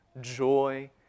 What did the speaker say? joy